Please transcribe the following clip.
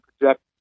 project